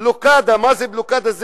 בלוקדה, מה זה בלוקדה?